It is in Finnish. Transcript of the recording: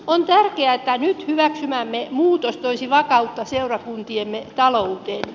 on tärkeää että nyt hyväksymämme muutos toisi vakautta seurakuntiemme talouteen